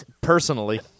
personally